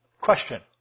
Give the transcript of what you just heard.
question